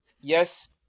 yes